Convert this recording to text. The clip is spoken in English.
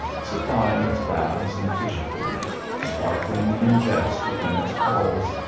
supplying its baths and fish pools, sparkling in jets within its halls,